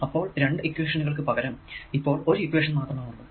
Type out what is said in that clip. അപ്പോൾ രണ്ടു ഇക്വേഷനുകൾക്കു പകരം ഇപ്പോൾ ഒരു ഇക്വേഷൻ മാത്രമാണുള്ളത്